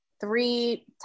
three